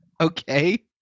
Okay